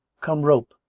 come rope!